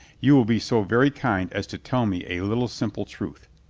you will be so very kind as to tell me a little simple truth.